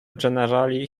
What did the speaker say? generally